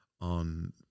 on